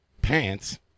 Pants